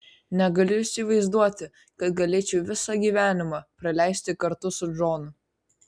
negaliu įsivaizduoti kad galėčiau visą gyvenimą praleisti kartu su džonu